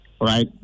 right